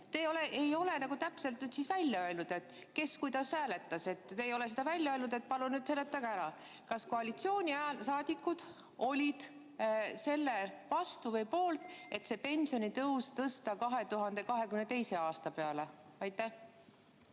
ei ole täpselt välja öelnud, kes kuidas hääletas – te ei ole seda välja öelnud. Palun seletage ära, kas koalitsioonisaadikud olid selle vastu või poolt, et see pensionitõus tõsta 2022. aasta peale? Aitäh!